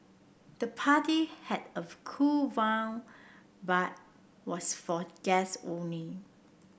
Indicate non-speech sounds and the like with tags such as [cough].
the party had a cool [unintelligible] but was for guests only